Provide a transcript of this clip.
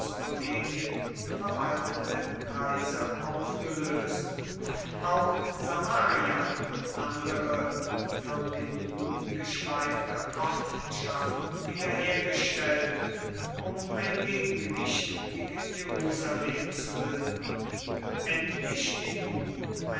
regierungskollegien verwaltete kreise aufgelöst auch samaria und andere von den juden geschleifte ortschaften wiederhergestellt um ein gegengewicht gegen jerusalem zu bilden endlich den juden